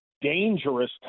dangerous